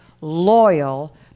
loyal